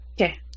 Okay